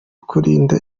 kurinda